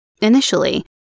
Initially